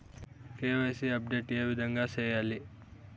KYC update ఏ విధంగా సేయాలి?